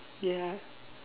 ya